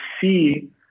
see